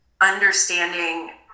understanding